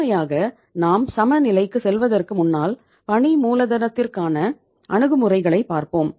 முழுமையாக நாம் சம நிலைக்கு செல்வதற்கு முன்னால் பணி மூலதனத்திற்கான அணுகுமுறைகளை பார்ப்போம்